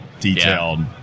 detailed